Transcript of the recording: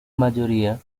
mayoría